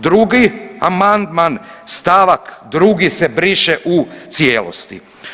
Drugi amandman st. 2. se briše u cijelosti.